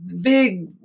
big